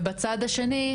ובצד השני,